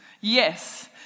Yes